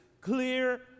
clear